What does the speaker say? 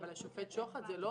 אבל, השופט שוחט, זה לא